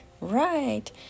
Right